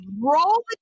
roll